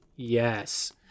Yes